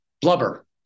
blubber